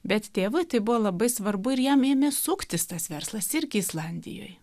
bet tėvui tai buvo labai svarbu ir jam ėmė suktis tas verslas irgi islandijoj